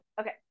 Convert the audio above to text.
Okay